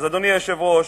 אדוני היושב-ראש,